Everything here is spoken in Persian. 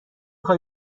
خوای